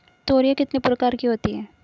तोरियां कितने प्रकार की होती हैं?